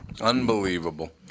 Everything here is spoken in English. Unbelievable